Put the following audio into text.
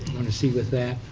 to see with that,